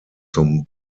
zum